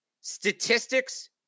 Statistics